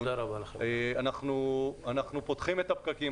אנחנו פותחים את הפקקים.